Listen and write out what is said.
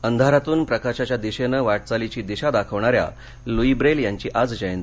अंधारातून प्रकाशाच्या दिशेनं वाटचालीची दिशा दाखवणार्या लुई ब्रेलची आज जयंती